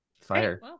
Fire